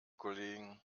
kollegen